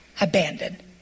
abandoned